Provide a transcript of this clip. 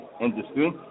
industry